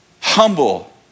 humble